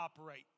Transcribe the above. operate